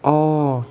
orh